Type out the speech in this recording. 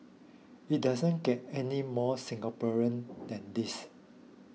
it doesn't get any more Singaporean than this